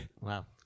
Wow